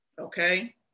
Okay